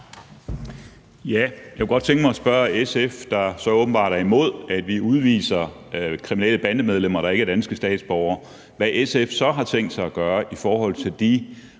Jeg kunne godt tænke mig at spørge SF, der så åbenbart er imod, at vi udviser kriminelle bandemedlemmer, der ikke er danske statsborgere, hvad SF så har tænkt sig at gøre i forhold til de